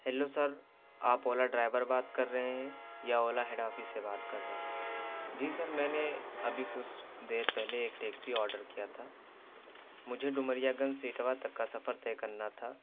hello sir آپ Ola driver بات کر رہے ہیں یا اولا ہیڈ آفس سے بات کر رہے ہیں جی سر میں نے ابھی کچھ دیر پہلے ایک ٹیکسی آرڈر کیا تھا مجھے ڈومریا گنج سے اٹوا تک کا سفر طے کرنا تھا